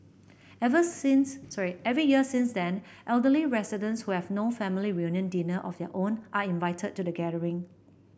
every since sorry every year since then elderly residents who have no family reunion dinner of their own are invited to the gathering